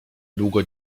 długo